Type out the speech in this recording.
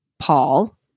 Paul